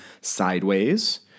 Sideways